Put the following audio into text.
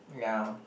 ya